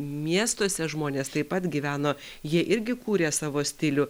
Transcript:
miestuose žmonės taip pat gyveno jie irgi kūrė savo stilių